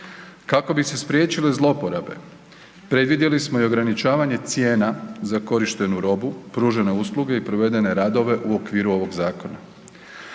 Kako bi se spriječile zlouporabe predvidjeli smo i ograničavanje cijena za korištenu robu, pružene usluge i provedene radove u okviru ovog zakona.